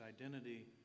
identity